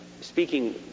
speaking